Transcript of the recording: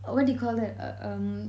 uh what do you call that err um